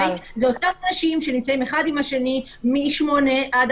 זה אותם אנשים שנמצאים אחד עם השני מ-08:00 עד